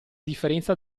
differenza